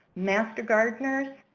master gardeners,